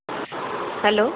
hello